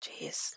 Jeez